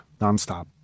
nonstop